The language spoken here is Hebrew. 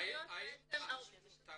"תכנית ליווי משפחות ---"